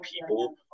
people